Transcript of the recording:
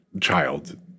child